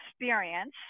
experience